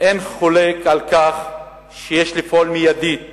אין חולק על כך שיש לפעול מיידית